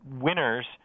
winners